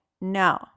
No